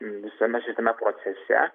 visame šitame procese